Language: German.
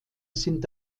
sind